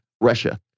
Russia